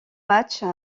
matches